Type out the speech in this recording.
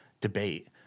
debate